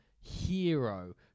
hero